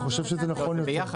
אני חושב שזה נכון יותר.